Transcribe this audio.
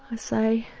ah say.